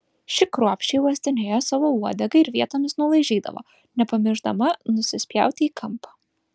ši kruopščiai uostinėjo savo uodegą ir vietomis nulaižydavo nepamiršdama nusispjauti į kampą